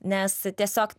nes tiesiog